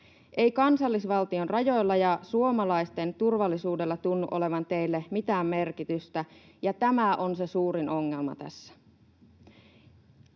Ei kansallisvaltion rajoilla ja suomalaisten turvallisuudella tunnu olevan teille mitään merkitystä, ja tämä on se suurin ongelma tässä.